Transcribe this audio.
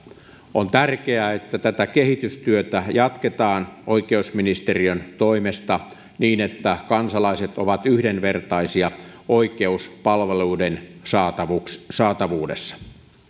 on tärkeää että tätä kehitystyötä jatketaan oikeusministeriön toimesta niin että kansalaiset ovat yhdenvertaisia oikeuspalveluiden saatavuudessa saatavuudessa